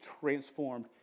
transformed